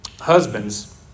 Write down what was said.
Husbands